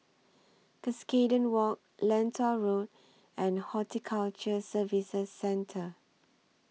Cuscaden Walk Lentor Road and Horticulture Services Centre